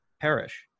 perish